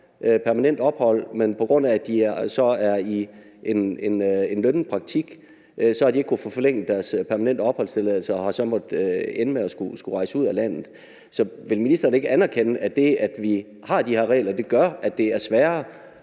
men hvor de på grund af, at de har været i en lønnet praktik, ikke har kunnet få forlænget deres permanente opholdstilladelse, og de så er endt med at skulle rejse ud af landet. Så vil ministeren ikke anerkende, at det, at vi har de her regler, gør, at det er sværere